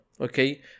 Okay